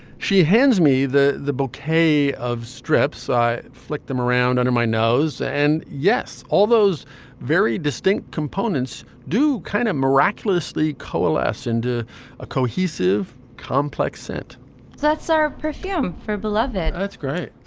she hands me the the bouquet of strips. i flip them around under my nose. and yes, all those very distinct components do kind of miraculously coalesce into a cohesive, complex scent so that's our perfume for beloved. let's grant